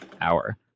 hour